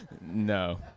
no